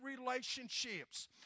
relationships